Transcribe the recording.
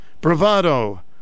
Bravado